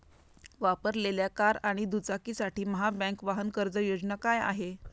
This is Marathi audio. वापरलेल्या कार आणि दुचाकीसाठी महाबँक वाहन कर्ज योजना काय आहे?